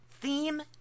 theme